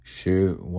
Shoot